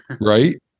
Right